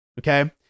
Okay